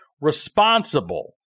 responsible